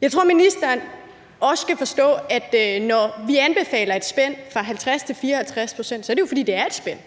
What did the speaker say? Jeg tror, ministeren også skal forstå, at når vi anbefaler et spænd fra 50 til 54 pct., er det jo, fordi det er et spænd,